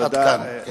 עד כאן.